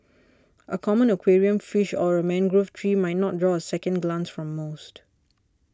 a common aquarium fish or a mangrove tree might not draw a second glance from most